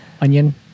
Onion